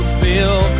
feel